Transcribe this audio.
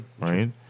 right